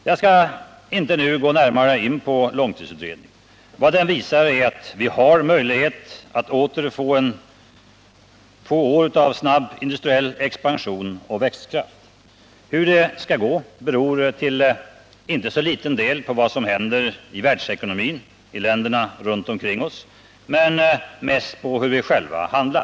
Jag skall inte gå närmare in på långtidsutredningen. Vad den visar är att vi har möjlighet att åter få år av snabb industriell expansion och växtkraft. Hur det skall gå beror till inte så liten del på vad som händer i världsekonomin, i länderna runt omkring oss, men mest på hur vi själva handlar.